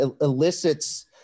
elicits